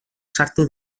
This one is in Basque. sartu